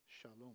shalom